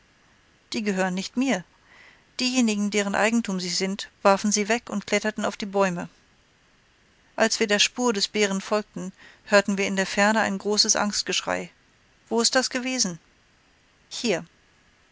die gehören nicht mir diejenigen deren eigentum sie sind warfen sie weg und kletterten auf die bäume als wir der spur des bären folgten hörten wir in der ferne ein großes angstgeschrei wo ist das gewesen hier